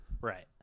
Right